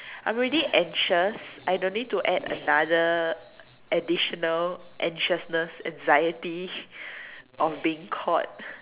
I'm already anxious I don't need to add another additional anxiousness anxiety of being caught